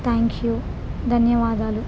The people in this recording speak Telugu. థ్యాంక్ యూ ధన్యవాదాలు